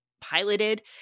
piloted